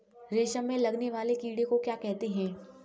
रेशम में लगने वाले कीड़े को क्या कहते हैं?